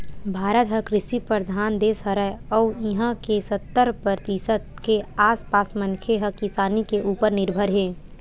भारत ह कृषि परधान देस हरय अउ इहां के सत्तर परतिसत के आसपास मनखे ह किसानी के उप्पर निरभर हे